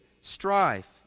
strife